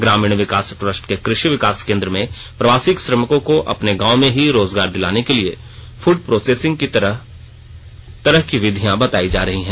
ग्रामीण विकास ट्रस्ट के कृषि विकास केंद्र में प्रवासी श्रमिकों को अपने गांव में ही रोजगार दिलाने के लिए फूड प्रोसेसिंग की तरह तरह की विधियां बताई जा रही हैं